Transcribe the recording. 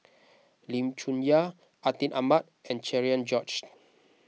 Lim Chong Yah Atin Amat and Cherian George